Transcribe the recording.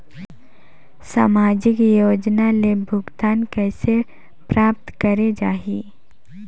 समाजिक योजना ले भुगतान कइसे प्राप्त करे जाहि?